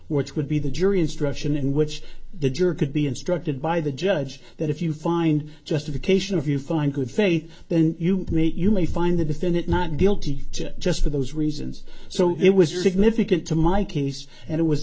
which would be the jury instruction in which the jury could be instructed by the judge that if you find justification if you find good faith then you meet you may find the defendant not guilty to pay just for those reasons so it was your significant to my case and it was